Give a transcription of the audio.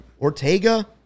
Ortega